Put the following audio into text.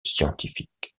scientifique